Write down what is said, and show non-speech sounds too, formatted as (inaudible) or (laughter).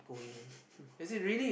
(laughs)